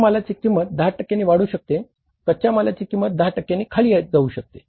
कच्च्या मालाची किंमत 10 टक्क्यांनी वाढू शकते कच्च्या मालाची किंमत 10 टक्क्यांनी खाली जाऊ शकते